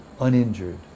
uninjured